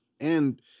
And-